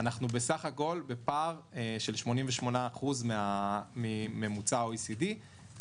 אנחנו בסך הכול בפער של 88% מהממוצע ב-OEDC.